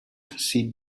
sit